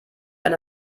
eine